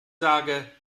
sage